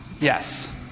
Yes